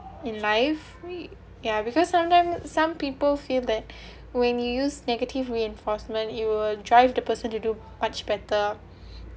in life yeah because sometimes some people feel that when you use negative reinforcement it will drive the person to do much better